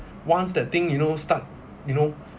once that thing you know start you know